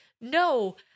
no